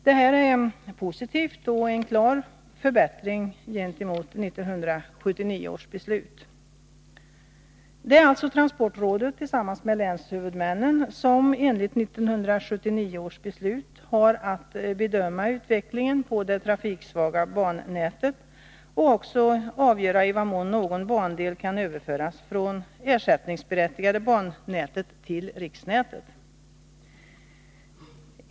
Detta är positivt och en klar förbättring gentemot 1979 års beslut. Det är alltså transportrådet, tillsammans med länshuvudmännen, som enligt 1979 års beslut har att bedöma utvecklingen på det trafiksvaga bannätet och också avgöra i vad mån någon bandel kan överföras från det ersättningsberättigade bannätet till riksnätet.